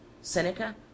Seneca